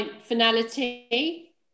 finality